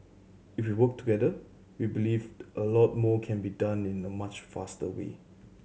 if we work together we believed a lot more can be done in a much faster way